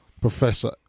Professor